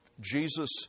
Jesus